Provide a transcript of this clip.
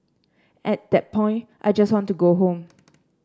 at that point I just want to go home